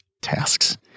tasks